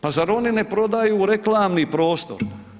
Pa zar oni ne prodaju reklamni prostor?